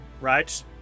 right